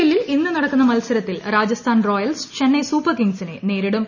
എല്ലിൽ ഇന്ന് നടക്കുന്ന മത്സരത്തിൽ രാജസ്ഥാൻ റോയൽസ് ചെന്നൈ സൂപ്പർ കിങ്സിനെ നേരിടും